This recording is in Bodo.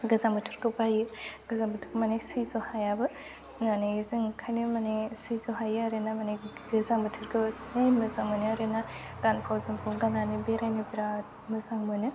गोजां बोथोरखौ बायो गोजां बोथोरखौ माने सैज्य हायाबाबो माने जों ओंखायनो माने सैज्य हायो आरो ना माने गोजां बोथोरखौ जि मोजां मोनो आरो ना गानफब जोमफब गाननानै बेरायनो बिराद मोजां मोनो